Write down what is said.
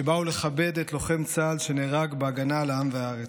שבאו לכבד את לוחם צה"ל שנהרג בהגנה על העם והארץ.